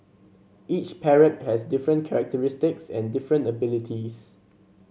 each parrot has different characteristics and different abilities